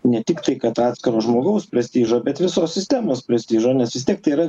ne tik tai kad atskiro žmogaus prestižo bet visos sistemos prestižo nes vis tiek tai yra